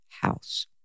house